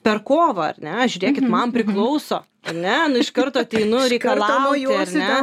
per kovą ar ne žiūrėkit man priklauso ar ne nu iš karto ateinu reikalauju ar ne